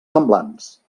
semblants